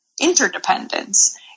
interdependence